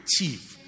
achieve